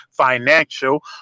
financial